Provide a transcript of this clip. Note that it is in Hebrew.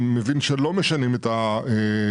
אני מבין שלא משנים את ה-50%.